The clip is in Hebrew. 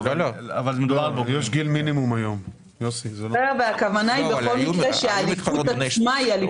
12. הכוונה היא בכל מקרה שהאליפות עצמה היא אליפות בוגרים.